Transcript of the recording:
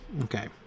Okay